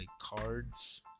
cards